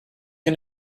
and